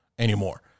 Anymore